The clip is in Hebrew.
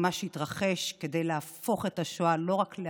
עם מה שהתרחש,